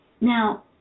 Now